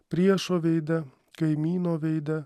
priešo veide kaimyno veide